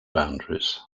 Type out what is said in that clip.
boundaries